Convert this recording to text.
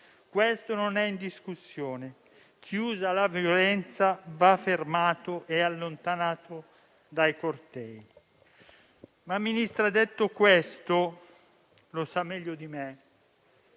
Questo non è in discussione. Chi usa la violenza, va fermato e allontanato dai cortei. Signora Ministra, detto questo però, come lei sa meglio di me,